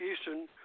Eastern